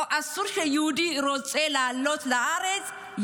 אסור שיהודי שרוצה לעלות לארץ,